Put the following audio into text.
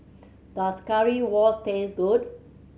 does Currywurst taste good